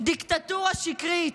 דיקטטורה שקרית,